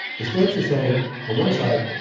the snakes are saying on one side,